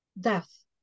death